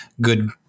good